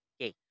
Okay